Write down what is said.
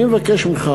אני מבקש ממך: